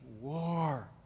war